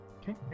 Okay